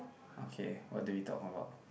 okay what do we talk about